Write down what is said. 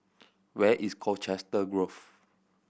where is Colchester Grove